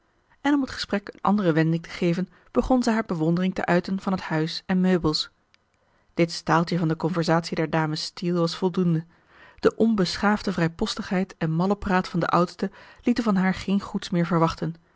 en om het gesprek een andere wending te geven begon zij haar bewondering te uiten van het huis en meubels dit staaltje van de conversatie der dames steele was voldoende de onbeschaafde vrijpostigheid en mallepraat van de oudste lieten van haar geen goeds meer verwachten